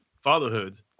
fatherhood